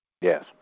Yes